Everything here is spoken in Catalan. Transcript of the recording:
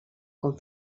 com